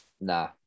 nah